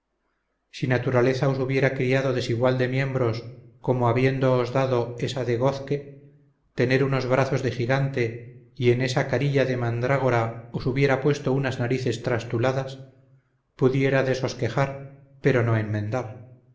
si naturaleza os hubiera criado desigual de miembros como habiéndoos dado esa de gozque tener unos brazos de gigante o en esa carilla de mandrágora os hubiera puesto unas narices trastuladas pudiérades os quejar pero no